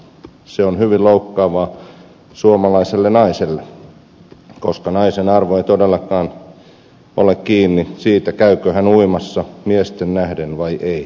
se on hyvin loukkaavaa suomalaiselle naiselle koska naisen arvo ei ole todellakaan kiinni siitä käykö hän uimassa miesten nähden vai ei